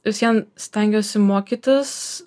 vis vien stengiuosi mokytis